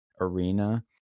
Arena